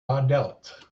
badelt